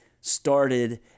started